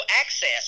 access